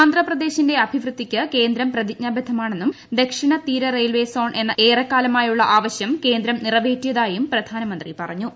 ആന്ധ്രാപ്രദേശിന്റെ അഭിവൃദ്ധിക്ക് കേന്ദ്രം പ്രതിജ്ഞാബദ്ധമാണെന്നും ദക്ഷിണ തീര റെയിൽവേ സോൺ എന്ന ഏറെക്കാലമായുള്ള ആവശ്യം കേന്ദ്രം നിറവേറ്റിയതായും പ്രധാനമന്ത്രി പറഞ്ഞു